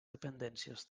dependències